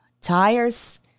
tires